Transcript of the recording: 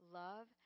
love